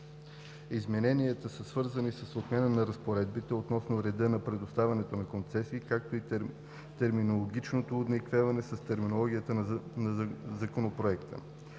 Измененията са свързани с отмяна на разпоредби относно реда за предоставянето на концесии, както и терминологично уеднаквяване с терминологията на Законопроекта.